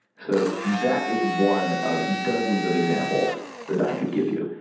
so, that is one of dozens of examples that i could give you.